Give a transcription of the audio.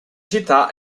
città